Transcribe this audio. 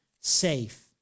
safe